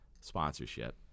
sponsorship